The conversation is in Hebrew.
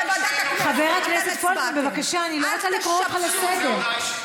בוא, אני אוציא לך את הפרוטוקול.